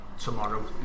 tomorrow